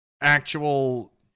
actual